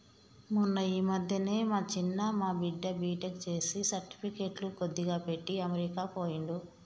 మొన్న ఈ మధ్యనే మా చిన్న మా బిడ్డ బీటెక్ చేసి సర్టిఫికెట్లు కొద్దిగా పెట్టి అమెరికా పోయిండు